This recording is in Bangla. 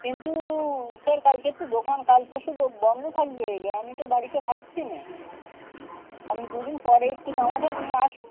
কিন্তু উপর কালকের তো দোকান কাল পরশু দো বন্ধ থাকবে গ্যা আমি তো বাড়িতে থাকছি না আপনি দুদিন পরে একটু জামাটা নিয়ে আসুন